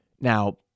Now